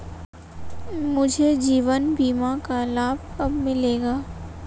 मुझे जीवन बीमा का लाभ कब मिलेगा?